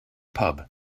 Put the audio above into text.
pub